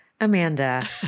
amanda